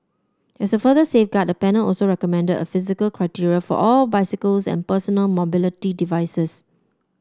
as a further safeguard the panel also recommended a physical criteria for all bicycles and personal mobility devices